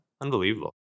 unbelievable